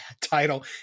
title